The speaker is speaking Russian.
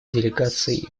делегации